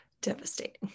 devastating